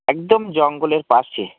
একদম জঙ্গলের পাশে